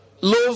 Love